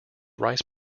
rice